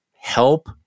help